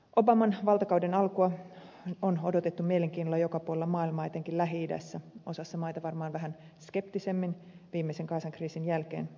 obaman valtakauden alkua on odotettu mielenkiinnolla joka puolella maailmaa etenkin lähi idässä osassa maita varmaan vähän skeptisemmin viimeisen gazan kriisin jälkeen